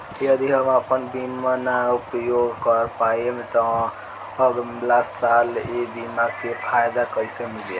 यदि हम आपन बीमा ना उपयोग कर पाएम त अगलासाल ए बीमा के फाइदा कइसे मिली?